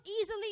easily